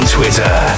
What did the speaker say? Twitter